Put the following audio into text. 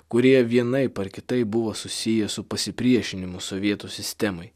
kurie vienaip ar kitaip buvo susiję su pasipriešinimu sovietų sistemai